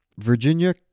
Virginia